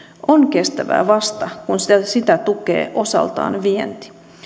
on kestävää vasta kun sitä tukee osaltaan vienti